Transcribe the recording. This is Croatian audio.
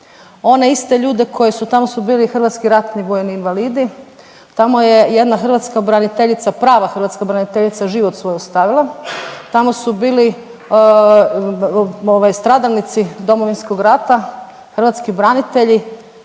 One iste ljude koji, tamo su bili i hrvatski ratni vojni invalidi, tamo je jedna hrvatska braniteljica, prava hrvatska braniteljica život svoj ostavila, tamo su bili ovaj stradalnici Domovinskog rata, hrvatski branitelji